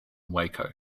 waco